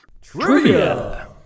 Trivia